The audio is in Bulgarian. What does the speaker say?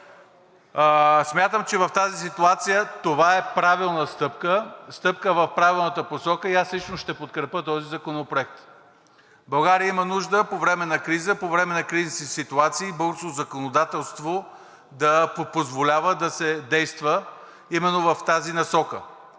Смятам, че в тази ситуация това е правилна стъпка, стъпка в правилната посока и аз лично ще подкрепя този законопроект. България има нужда по време на криза, по време на кризисни ситуации българското законодателство да позволява да се действа именно в тази насока.